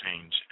change